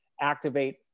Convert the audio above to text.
activate